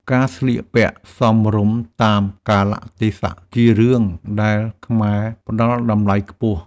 ការស្លៀកពាក់សមរម្យតាមកាលៈទេសៈ ជារឿងដែលខ្មែរផ្តល់តម្លៃខ្ពស់។